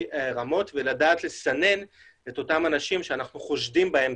רמות ולדעת לסנן את אותם אנשים שאנחנו חושדים בהם,